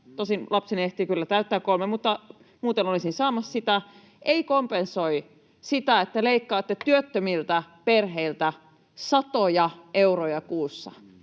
tosin lapseni ehtii kyllä täyttää kolme, mutta muuten olisin saamassa sitä — ei kompensoi sitä, että te leikkaatte työttömiltä perheiltä satoja euroja kuussa,